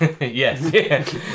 Yes